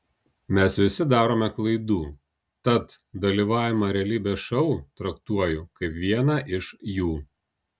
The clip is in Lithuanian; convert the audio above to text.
mes visi darome klaidų tad dalyvavimą realybės šou traktuoju kaip vieną iš jų